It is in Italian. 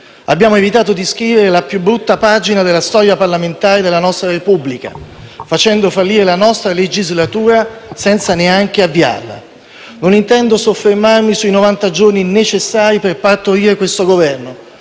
Abbiamo evitato di scrivere la più brutta pagina della storia parlamentare della nostra Repubblica, facendo fallire la nostra legislatura senza neanche avviarla. Non intendo soffermarmi sui novanta giorni necessari per partorire questo Governo,